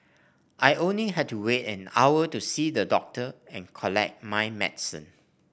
I only had to wait an hour to see the doctor and collect my medicine